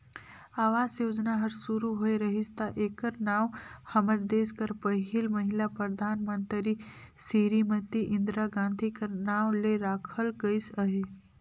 आवास योजना हर सुरू होए रहिस ता एकर नांव हमर देस कर पहिल महिला परधानमंतरी सिरीमती इंदिरा गांधी कर नांव ले राखल गइस अहे